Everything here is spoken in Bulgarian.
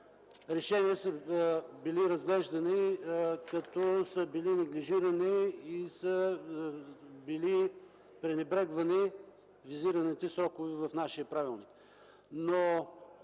решения са били разглеждани, като са били неглижирани и са били пренебрегвани визираните срокове в нашия правилник.